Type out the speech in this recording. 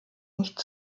nicht